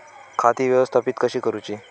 खाती व्यवस्थापित कशी करूची?